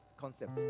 concept